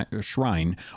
shrine